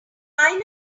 pile